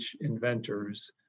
inventors